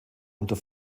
unter